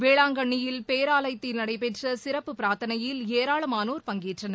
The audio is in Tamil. வேளாங்கண்ணியில் பேராலயத்தில் நடைபெற்ற சிறப்பு பிரார்த்தனையில் ஏராளமானோர் பங்கேற்றனர்